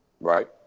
Right